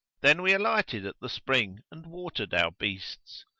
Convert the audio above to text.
then we alighted at the spring and watered our beasts.